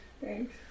Thanks